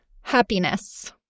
Happiness